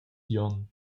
glion